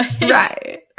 right